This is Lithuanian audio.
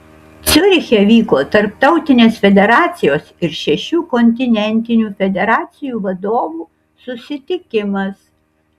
ciuriche vyko tarptautinės federacijos ir šešių kontinentinių federacijų vadovų susitikimas